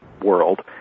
world